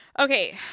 Okay